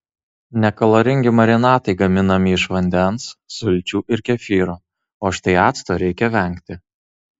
nekaloringi marinatai gaminami iš vandens sulčių ir kefyro o štai acto reikia vengti